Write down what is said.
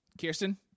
Kirsten